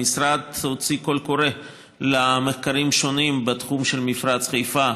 המשרד הוציא קול קורא למחקרים שונים בתחום של מפרץ חיפה,